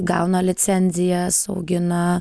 gauna licenzijas augina